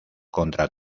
contra